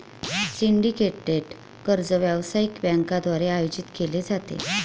syndicated कर्ज व्यावसायिक बँकांद्वारे आयोजित केले जाते